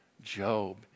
Job